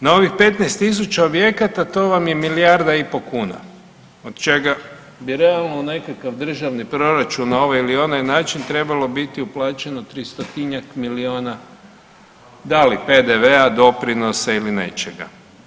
Na ovih 15.000 objekata to vam je milijarda i po kuna od čega bi realno u nekakav državni proračun na ovaj ili onaj način trebalo biti uplaćeno 300-tinjak milijuna, da li PDV-a, doprinosa ili nečega.